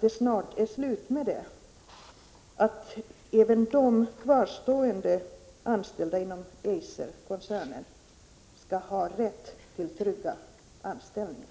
det snart är slut med detta problem och att även de kvarstående anställda inom Eiserkoncernen skall ha rätt till trygga anställningar.